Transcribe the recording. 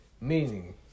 Meaning